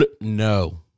No